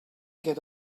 get